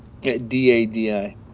D-A-D-I